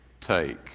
take